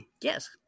Yes